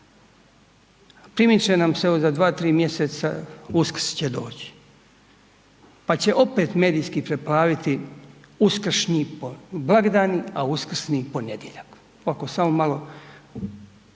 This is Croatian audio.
Primiče nam se evo za 2, 3 mj. Uskrs će doći pa će opet medijski preplaviti uskršnji blagdani a Uskrsni ponedjeljak, ovako samo malo.